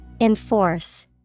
Enforce